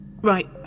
Right